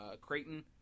Creighton